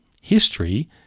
History